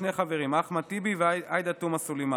שני חברים: אחמד טיבי ועאידה תומא סלימאן.